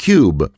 Cube